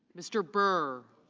mr. burr